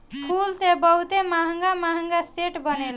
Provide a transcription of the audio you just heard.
फूल से बहुते महंग महंग सेंट बनेला